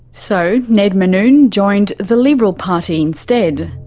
so ned mannoun joined the liberal party instead.